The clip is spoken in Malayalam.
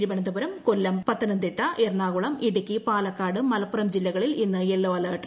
തിരുവനന്തപുരം കൊല്ലം പത്തനംതിട്ട എറണാകൂളം ഇ്ടുക്കി പാലക്കാട് മലപ്പുറം ജില്ലകളിൽ ഇന്ന് യെല്ലോ അല്ട്ട്ട്